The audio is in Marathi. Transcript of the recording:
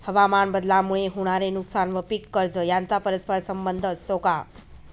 हवामानबदलामुळे होणारे नुकसान व पीक कर्ज यांचा परस्पर संबंध असतो का?